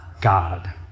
God